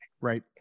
Right